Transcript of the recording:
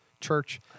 Church